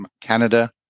Canada